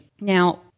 Now